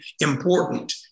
important